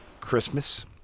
Christmas